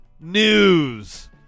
news